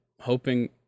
hoping